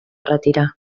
retirar